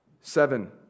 Seven